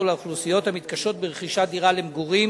לאוכלוסיות המתקשות ברכישת דירה למגורים.